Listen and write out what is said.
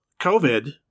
COVID